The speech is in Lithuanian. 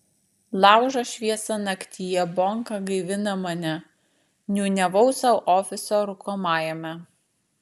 laužo šviesa naktyje bonka gaivina mane niūniavau sau ofiso rūkomajame